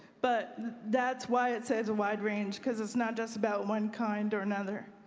but that's why it says wide range, because it's not just about one kind or another.